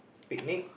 picnic